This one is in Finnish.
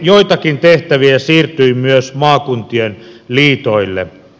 joitakin tehtäviä siirtyi myös maakuntien liitoille